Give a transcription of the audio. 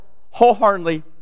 wholeheartedly